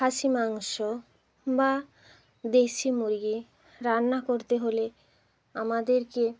খাসির মাংস বা দেশী মুরগি রান্না করতে হলে আমাদেরকে